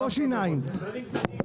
לא שיניים.